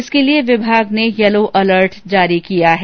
इसके लिये विमाग ने यलो अलर्ट जारी किया है